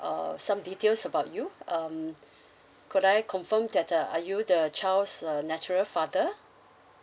uh some details about you um could I confirm that uh are you the child's uh natural father